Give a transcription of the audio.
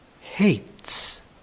hates